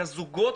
לזוגות,